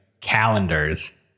calendars